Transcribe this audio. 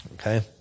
Okay